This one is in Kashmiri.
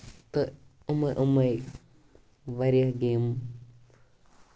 تہٕ أمٕے یِم واریاہ گیمہٕ